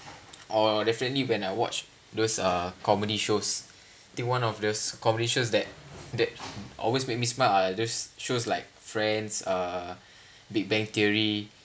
or definitely when I watch those uh comedy shows the one of the comedy shows that that always make me smile are those shows like friends uh big bang theory